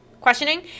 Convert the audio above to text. questioning